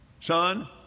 Son